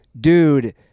dude